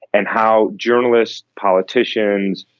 and how journalists, politicians,